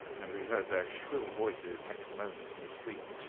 and we heard their shrill voices next moment in the street.